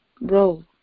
role